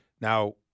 Now